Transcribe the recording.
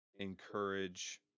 encourage